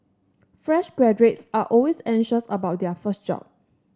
fresh graduates are always anxious about their first job